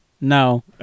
No